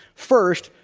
first,